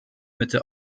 mitte